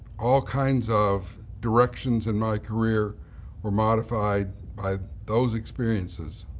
all kinds of directions in my career were modified by those experiences.